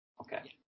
Okay